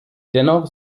dennoch